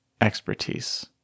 expertise